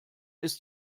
ist